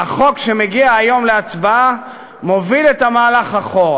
והחוק שמגיע היום להצבעה מוביל את המהלך אחורה.